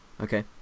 Okay